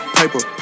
paper